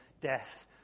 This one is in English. death